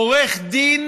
עורך דין,